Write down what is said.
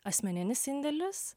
asmeninis indėlis